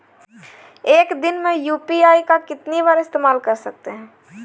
एक दिन में यू.पी.आई का कितनी बार इस्तेमाल कर सकते हैं?